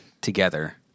together